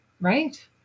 Right